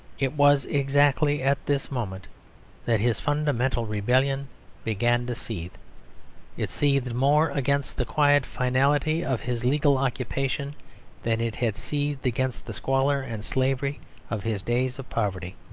it was exactly at this moment that his fundamental rebellion began to seethe it seethed more against the quiet finality of his legal occupation than it had seethed against the squalor and slavery of his days of poverty.